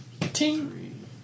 Ting